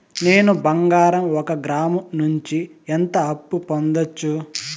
నేను బంగారం ఒక గ్రాము నుంచి ఎంత అప్పు పొందొచ్చు